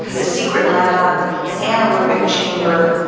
the secret lab, the anaerobic chamber,